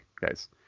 guys